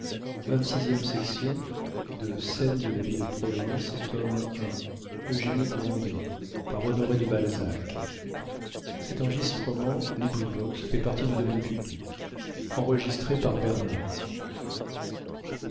de la vie de province tome i author honoré de balzac